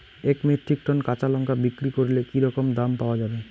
এক metric ton কাঁচা লঙ্কা বিক্রি করলে কি রকম দাম পাওয়া যাবে?